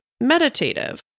meditative